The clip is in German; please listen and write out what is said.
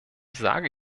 sage